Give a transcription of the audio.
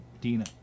Dina